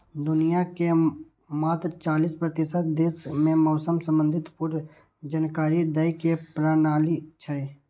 दुनिया के मात्र चालीस प्रतिशत देश मे मौसम संबंधी पूर्व जानकारी दै के प्रणाली छै